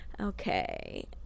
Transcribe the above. Okay